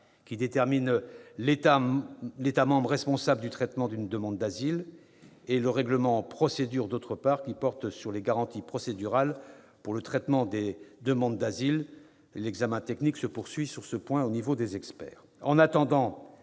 qui détermine l'État membre responsable du traitement d'une demande d'asile ; d'autre part, le règlement Procédures, qui porte sur les garanties procédurales pour le traitement des demandes d'asile, l'examen technique de ce dossier se poursuivant au niveau des experts.